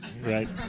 right